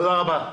תודה רבה.